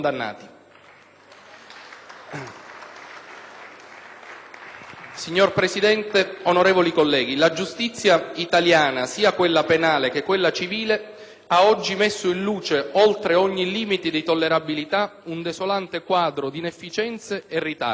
Signor Presidente, onorevoli colleghi, la giustizia italiana, sia quella penale che quella civile ha oggi messo in luce, oltre ogni limite di tollerabilità, un desolante quadro di inefficienze e ritardi.